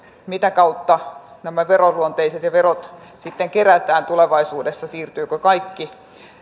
mitä kautta nämä veroluonteiset maksut ja verot sitten kerätään tulevaisuudessa siirtyykö kaikki